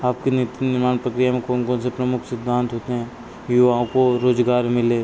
आपके नीति निर्माण प्रक्रिया में कौन कौन से प्रमुख सिद्धांत होते हैं युवाओं को रोजगार मिले